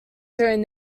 during